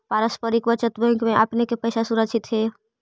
पारस्परिक बचत बैंक में आपने के पैसा सुरक्षित हेअ